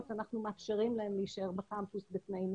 אנחנו מאפשרים להם להישאר בקמפוס בתנאים מסוימים.